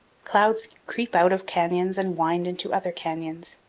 clouds creep out of canyons and wind into other canyons.